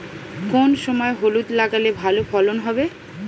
কোন সময় হলুদ লাগালে ভালো ফলন হবে?